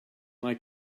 like